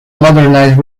modernized